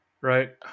right